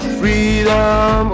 freedom